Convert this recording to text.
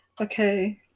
Okay